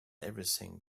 everything